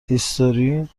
هیستوری